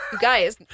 Guys